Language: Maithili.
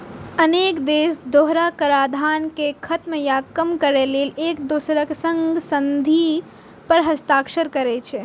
अनेक देश दोहरा कराधान कें खत्म या कम करै लेल एक दोसरक संग संधि पर हस्ताक्षर करै छै